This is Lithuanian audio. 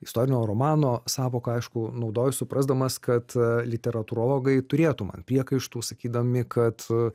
istorinio romano sąvoką aišku naudoju suprasdamas kad literatūrologai turėtų man priekaištų sakydami kad